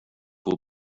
will